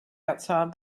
outside